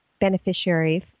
beneficiaries